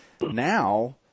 Now